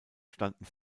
standen